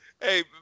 hey